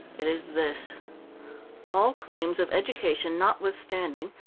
it is this all claims of education notwithstanding,